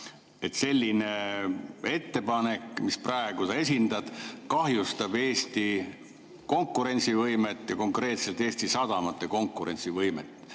selline ettepanek, mida sa praegu esindad, kahjustab Eesti konkurentsivõimet ja konkreetselt Eesti sadamate konkurentsivõimet.